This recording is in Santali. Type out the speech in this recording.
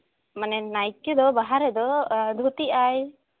ᱢᱟᱱᱮ ᱱᱟᱭᱠᱮ ᱫᱚ ᱵᱟᱦᱟ ᱨᱮᱫᱚ ᱫᱷᱩᱛᱤᱜᱼᱟᱭ